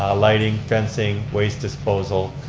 ah lighting, fencing, waste disposal,